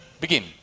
begin